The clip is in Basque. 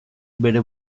bere